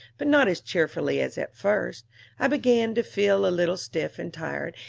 but not as cheerfully as at first i began to feel a little stiff and tired,